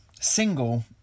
single